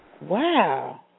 Wow